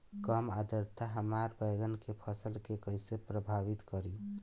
कम आद्रता हमार बैगन के फसल के कइसे प्रभावित करी?